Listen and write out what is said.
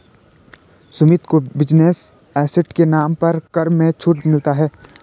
सुमित को business asset के नाम पर कर में छूट मिलता है